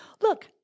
look